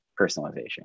personalization